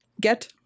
get